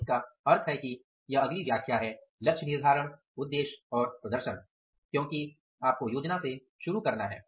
तो इसका अर्थ है कि यह अगली व्याख्या है लक्ष्य निर्धारण उद्देश्य और प्रदर्शन क्योंकि आपको योजना से शुरू करना है